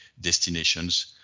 destinations